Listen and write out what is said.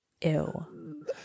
Ew